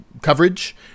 coverage